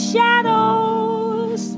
Shadows